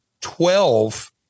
Twelve